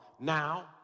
Now